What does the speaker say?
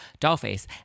Dollface